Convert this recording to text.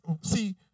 See